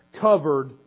covered